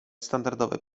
standardowe